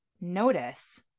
notice